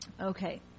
okay